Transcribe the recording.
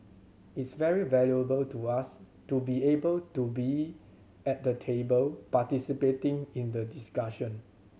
it's very valuable to us to be able to be at the table participating in the discussion